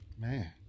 Man